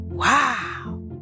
Wow